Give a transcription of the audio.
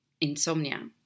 insomnia